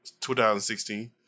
2016